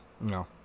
No